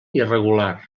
irregular